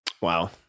Wow